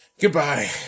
goodbye